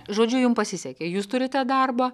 žodžiu jum pasisekė jūs turite darbą